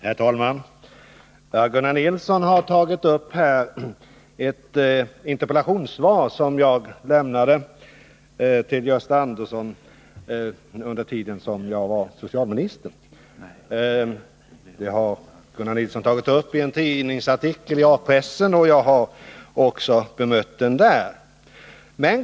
Herr talman! Gunnar Nilsson har i debatten tagit upp ett interpellationssvar som jag lämnade till Gösta Andersson under den tid då jag var socialminister. Gunnar Nilsson har tagit upp detta tidigare i en artikel i A-pressen, och jag har där bemött denna artikel.